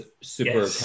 super